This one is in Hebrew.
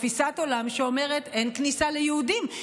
תפיסת עולם שאומרת: אין כניסה ליהודים?